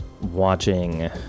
watching